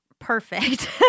perfect